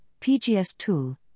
PGS-Tool